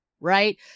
right